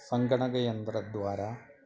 सङ्गणकयन्त्रद्वारा